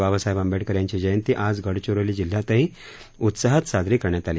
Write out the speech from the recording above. बाबासाहेब आंबेडकर यांची जयंती आज गडचिरोली जिल्ह्यातही उत्साहात साजरी करण्यात आली